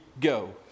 go